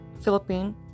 Philippines